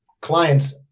clients